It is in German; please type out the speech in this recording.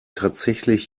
tatsächlich